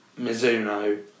Mizuno